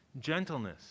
gentleness